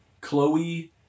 Chloe